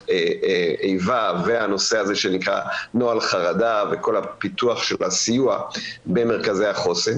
איבה והנושא שנקרא 'נוהל חרדה' וכל הפיתוח של הסיוע במרכזי החוסן.